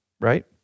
Right